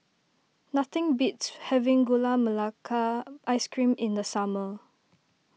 nothing beats having Gula Melaka Ice Cream in the summer